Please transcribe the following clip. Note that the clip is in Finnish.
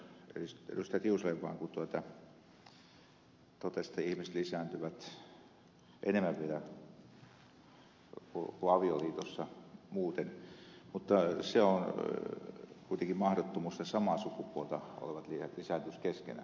tiusanen totesi että ihmiset lisääntyvät vielä enemmän muuten kuin avioliitossa mutta se on kuitenkin mahdottomuus että samaa sukupuolta olevat lisääntyisivät keskenään